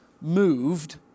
moved